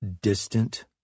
distant